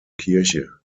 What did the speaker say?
kirche